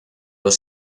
los